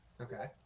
okay